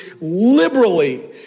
liberally